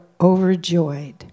overjoyed